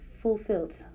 fulfilled